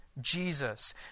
Jesus